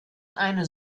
eine